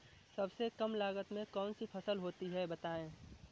सबसे कम लागत में कौन सी फसल होती है बताएँ?